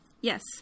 Yes